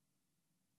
אחד,